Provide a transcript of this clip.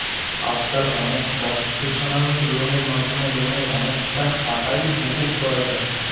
আজকাল অনেক কনসেশনাল লোনের মাধ্যমে লোনের অনেকটা টাকাই মকুব করা যায়